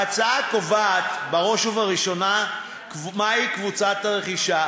ההצעה קובעת, בראש ובראשונה, מהי קבוצת הרכישה